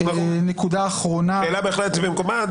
שאלה בהחלט במקומה.